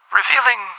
revealing